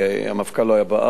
כי המפכ"ל לא היה בארץ,